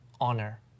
honor